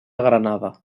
granada